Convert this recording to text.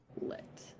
Lit